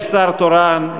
יש שר תורן.